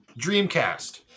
Dreamcast